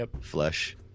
flesh